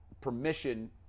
permission